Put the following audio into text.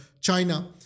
China